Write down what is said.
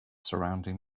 surrounding